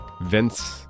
Vince